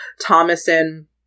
Thomason